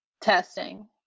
testing